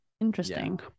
Interesting